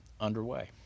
underway